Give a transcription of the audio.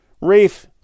Rafe